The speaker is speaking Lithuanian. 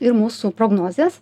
ir mūsų prognozės